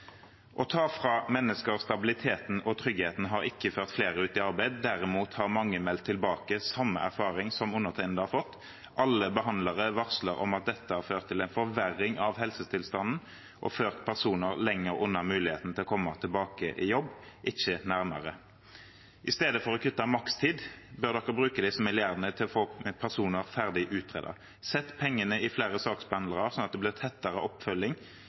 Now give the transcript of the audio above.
ta fra mennesker stabiliteten og tryggheten har ikke ført flere ut i arbeid, derimot har mange meldt tilbake samme erfaring som undertegnede har fått; Alle behandlere varsler om at dette har ført til forverring av helsetilstand og ført personer lenger unna muligheten for å komme tilbake i jobb, ikke nærmere.» Og videre: «I stedet for å kutte makstid, bør dere bruke disse milliardene til å få personer ferdig utredet. Sett pengene i flere saksbehandlere slik at det blir tettere oppfølging,